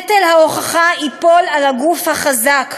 נטל ההוכחה ייפול על הגוף החזק.